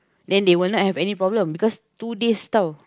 then they will not have any problem because two days tau